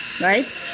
right